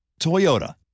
Toyota